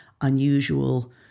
unusual